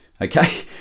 Okay